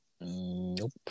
Nope